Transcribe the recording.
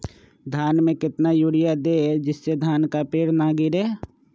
धान में कितना यूरिया दे जिससे धान का पेड़ ना गिरे?